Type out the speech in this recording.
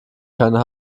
keine